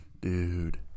Dude